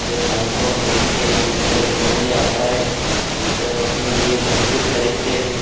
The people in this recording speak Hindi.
जो धान को हम बेचते हैं जिससे हमें मूल्य आता है उससे हम अपने लिए बहुत कुछ खरीदते हैं